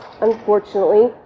unfortunately